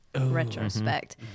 Retrospect